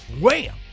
wham